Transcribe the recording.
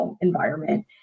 environment